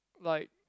like